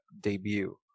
debut